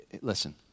listen